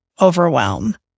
overwhelm